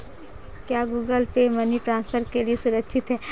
क्या Google Pay money transfer के लिए सुरक्षित है?